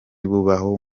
bubaho